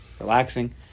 relaxing